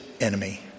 enemy